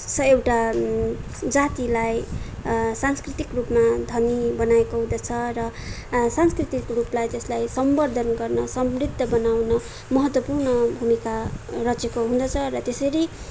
स एउटा जातिलाई सांस्कृतिक रूपमा धनी बनाएको हुँदछ र सांस्कृतिक रूपलाई त्यसलाई सम्वर्द्धन गर्न समृद्ध बनाउन महत्त्वपूर्ण भूमिका रचेको हुँदछ र त्यसरी